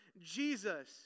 Jesus